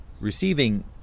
receiving